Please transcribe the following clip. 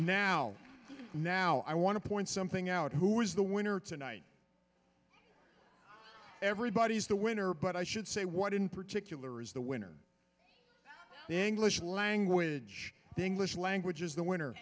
now now i want to point something out who is the winner tonight everybody's the winner but i should say what in particular is the winner in english language the english language is the winner